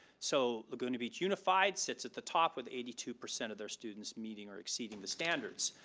so laguna beach unified, sits at the top with eighty two percent of their students meeting or exceeding the standards.